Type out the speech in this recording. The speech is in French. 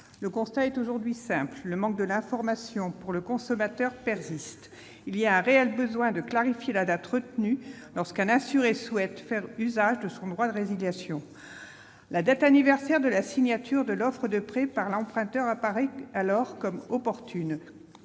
Le constat est aujourd'hui simple : le manque d'information du consommateur persiste. Il existe un réel besoin de clarifier la date retenue lorsqu'un assuré souhaite faire usage de son droit de résiliation. La date anniversaire de la signature de l'offre de prêt par l'emprunteur apparaît alors opportune.